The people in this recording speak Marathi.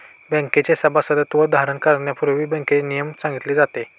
बँकेचे सभासदत्व धारण करण्यापूर्वी बँकेचे नियमन सांगितले जाते